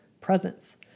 presence